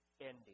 ending